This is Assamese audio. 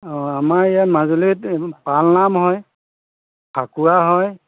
অঁ আমাৰ ইয়াত মাজুলীত পালনাম হয় ফাকুৱা হয়